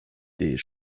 tes